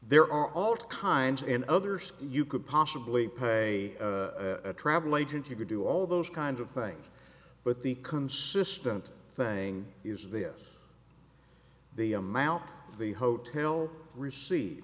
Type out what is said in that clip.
there are all kinds and others you could possibly pay a travel agent you could do all those kind of things but the consistent thing is that the amount the hotel recei